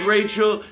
Rachel